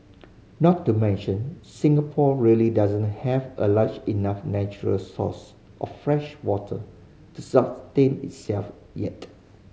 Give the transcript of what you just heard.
not to mention Singapore really doesn't have a large enough natural source of freshwater to sustain itself yet